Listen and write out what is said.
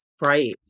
Right